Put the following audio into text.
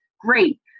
great